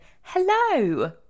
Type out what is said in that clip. Hello